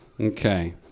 Okay